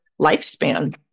lifespan